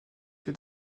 que